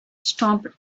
stopped